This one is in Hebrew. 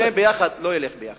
שניהם לא הולכים יחד.